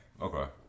Okay